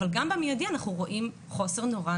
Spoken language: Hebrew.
אבל גם במיידי אנחנו רואים חוסר נורא,